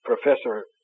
professor